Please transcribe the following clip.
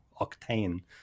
Octane